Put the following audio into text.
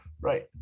Right